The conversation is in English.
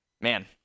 man